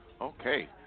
Okay